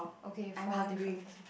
okay four difference